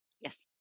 Yes